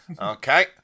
Okay